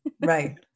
Right